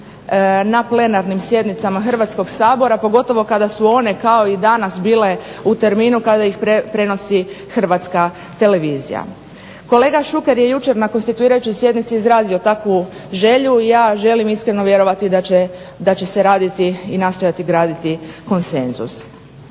na plenarnim sjednicama Hrvatskog sabora pogotovo kada su one kao i danas bile u terminu kada ih prenosi Hrvatska televizija. Kolega Šuker je jučer nakon situirajuće sjednice izrazio takvu želju i ja želim iskreno vjerovati da će se raditi i nastojati graditi konsenzus.